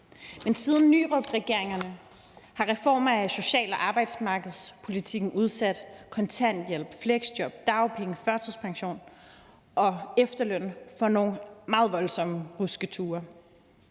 Men siden Nyrupregeringerne har reformer af social- og arbejdsmarkedspolitikken udsat kontanthjælp, fleksjob, dagpenge, førtidspension og efterløn for nogle meget voldsomme rusketure.